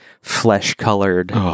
flesh-colored